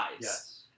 Yes